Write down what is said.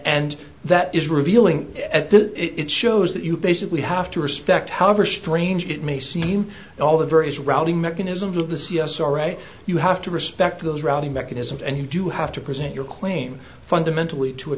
and that is revealing at that it shows that you basically have to respect however strange it may seem and all the various routing mechanisms of the c s r right you have to respect those routing mechanisms and you do have to present your claim fundamentally to a